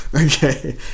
Okay